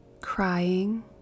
Crying